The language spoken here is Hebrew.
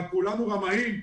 מה, כולנו רמאים?